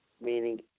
Meaning